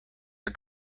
are